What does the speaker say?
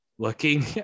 Looking